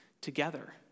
together